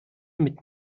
mit